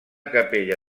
capella